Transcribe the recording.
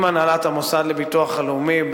עם הנהלת המוסד לביטוח הלאומי,